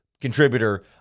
contributor